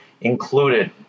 included